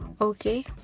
okay